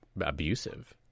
abusive